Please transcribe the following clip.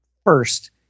first